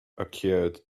occured